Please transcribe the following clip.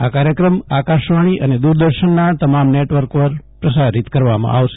આ કાર્યક્રમ આકાશવાણી અને દ્વરદર્શનના તમામ નેટવર્ક પર પ્રસારિત કરવામાં આવશે